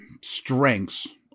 strengths